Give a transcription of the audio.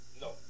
No